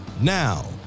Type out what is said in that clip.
Now